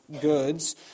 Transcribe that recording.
goods